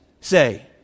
say